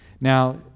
now